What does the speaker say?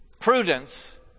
prudence